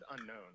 unknown